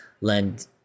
lend